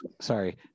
sorry